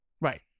Right